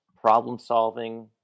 problem-solving